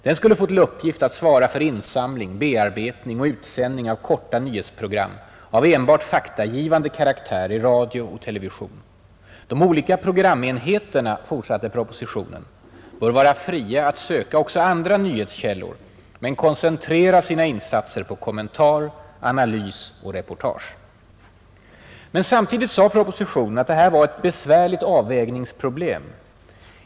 Den skulle få till uppgift att ”svara för insamling, bearbetning och utsändning av korta nyhetsprogram av enbart faktagivande karaktär i radio och television”. ”De olika programenheterna”, forsatte propositionen, ”bör vara fria att söka också andra nyhetskällor men koncentrera sina insatser på kommentar, analys och reportage”. Men samtidigt sade propostionen att det här var ”ett besvärligt avvägningsproblem.